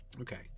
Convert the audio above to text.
Okay